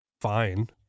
fine